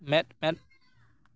ᱢᱮᱸᱫ ᱢᱮᱸᱫ